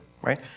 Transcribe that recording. right